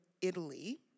Italy